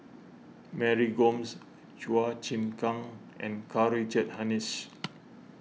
Mary Gomes Chua Chim Kang and Karl Richard Hanitsch